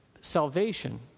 Salvation